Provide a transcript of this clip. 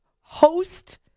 host